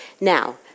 Now